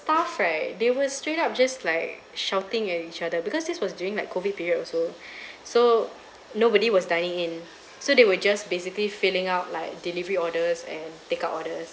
staff right they were straight up just like shouting at each other because this was during like COVID period also so nobody was dining in so they were just basically filling out like delivery orders and takeout orders